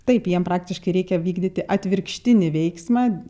taip jiem praktiškai reikia vykdyti atvirkštinį veiksmą